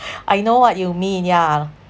I know what you mean yeah